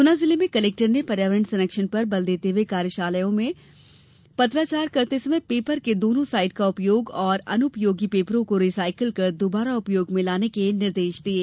गुना जिले में कलेक्टर ने पर्यावरण संरक्षण पर बल देते हुये कार्यालयों में पत्राचार करते समय पेपर के दोनों साइड का उपयोग करें और अनुपयोगी पेपरों को रि साईकल कर दोबारा उपयोग में लाने के निर्देश दिये